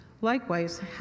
Likewise